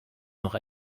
noch